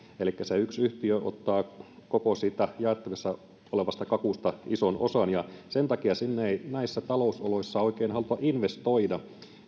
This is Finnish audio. elikkä se yksi yhtiö ottaa koko siitä jaettavissa olevasta kakusta ison osan ja sen takia sinne ei näissä talousoloissa oikein haluta investoida